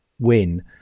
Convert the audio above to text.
win